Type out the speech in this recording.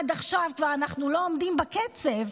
עד עכשיו אנחנו כבר לא עומדים בקצב.